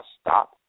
stop